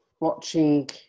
watching